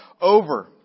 over